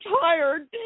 tired